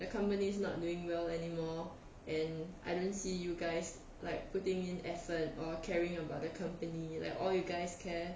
the company is not doing well anymore and I didn't see you guys like putting in effort or caring about the company like all you guys care